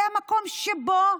זה המקום שבו